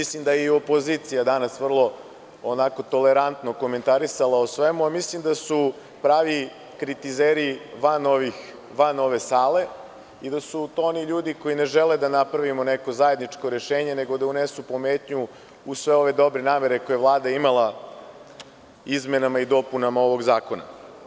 Mislim da je i opozicija vrlo tolerantno komentarisala o svemu, a mislim da su pravi kritizeri van ove sale i da su to oni ljudi koji ne žele da napravimo neko zajedničko rešenje, nego da unesu pometnju u sve ove dobre namere koje je Vlada imala izmenama i dopunama ovog zakona.